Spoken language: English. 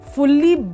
Fully